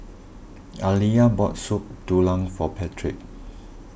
Aliya bought Soup Tulang for Patric